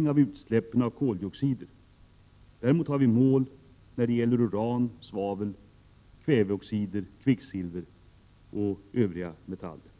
mycket utsläppen av koldioxider skall minska. Däremot har vi mål när det gäller uran, svavel, kväveoxider, kvicksilver och övriga metaller.